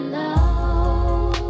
love